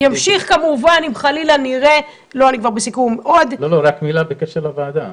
הוא ימשיך כמובן אם חלילה נראה --- רק מילה בקשר לוועדה.